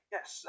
Yes